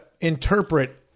interpret